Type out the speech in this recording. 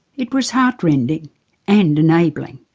it was heartrending and enabling.